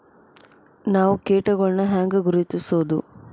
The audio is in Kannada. ನಾವ್ ಕೇಟಗೊಳ್ನ ಹ್ಯಾಂಗ್ ಗುರುತಿಸೋದು?